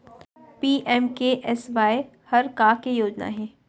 PMKSY हर का के योजना हे?